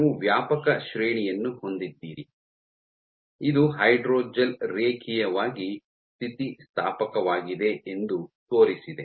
ನೀವು ವ್ಯಾಪಕ ಶ್ರೇಣಿಯನ್ನು ಹೊಂದಿದ್ದೀರಿ ಇದು ಹೈಡ್ರೋಜೆಲ್ ರೇಖೀಯವಾಗಿ ಸ್ಥಿತಿಸ್ಥಾಪಕವಾಗಿದೆ ಎಂದು ತೋರಿಸಿದೆ